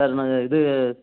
sir நாங்கள் இது